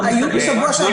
לא.